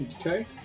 Okay